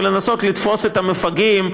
ולנסות לתפוס את המפגעים,